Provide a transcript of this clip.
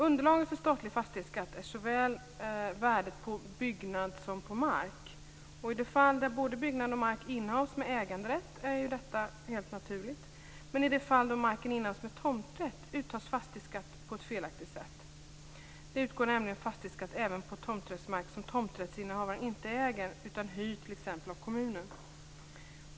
Underlaget för statlig fastighetsskatt består av värdet såväl på byggnad som på mark. I de fall där både byggnad och mark innehas med äganderätt är detta helt naturligt. Men i de fall då marken innehas med tomträtt uttas fastighetsskatt på ett felaktigt sätt. Det utgår nämligen fastighetsskatt även på tomträttsmark som tomträttsinnehavaren inte äger utan hyr, t.ex. av kommunen.